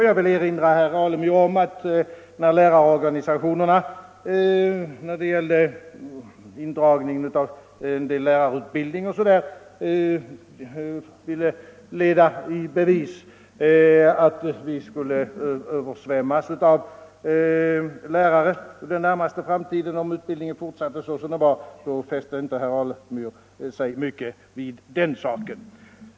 Jag vill erinra herr Alemyr om att då lärarorganisationerna när det gällde indragning av en del lärarutbildning ville leda i bevis att vi skulle översvämmas av lärare under den närmaste framtiden om utbildningen fortsatte som den var, fäste sig herr Alemyr icke mycket vid den saken.